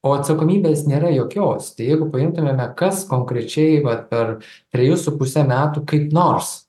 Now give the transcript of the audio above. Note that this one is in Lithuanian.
o atsakomybės nėra jokios tai jeigu paimtumėme kas konkrečiai vat per trejus su puse metų kaip nors